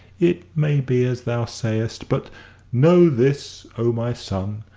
it may be as thou sayest. but know this, o my son,